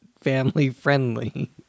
family-friendly